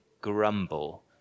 grumble